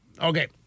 Okay